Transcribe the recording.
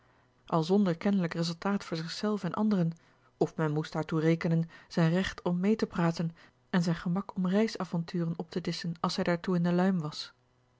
al zonder kennelijk resultaat voor zich zelf en anderen of men moest daartoe rekenen zijn recht om mee te praten en zijn gemak om reisavonturen op te disschen als hij daartoe in de luim was